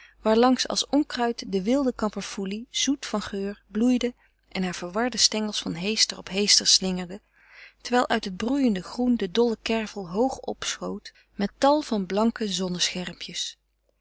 waarlangs als onkruid de wilde kamperfoelie zoet van geur bloeide en hare verwarde stengels van heester op heester slingerde terwijl uit het broeiende groen de dolle kervel hoog opschoot met tal van blanke